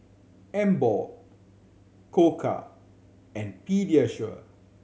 Emborg Koka and Pediasure